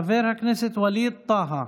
חבר הכנסת ווליד טאהא,